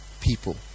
people